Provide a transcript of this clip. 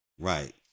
Right